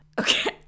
Okay